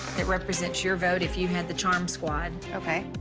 that represent your vote if you had the charm squad. okay.